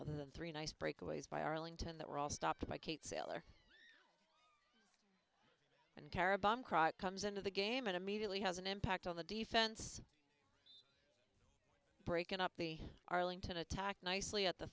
or the three nice breakaways by arlington that were all stopped by kate sailor and kara comes into the game and immediately has an impact on the defense breaking up the arlington attack nicely at the